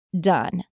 done